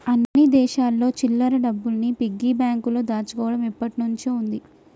అన్ని దేశాల్లోను చిల్లర డబ్బుల్ని పిగ్గీ బ్యాంకులో దాచుకోవడం ఎప్పటినుంచో ఉంది